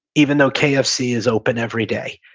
even though kfc is open every day.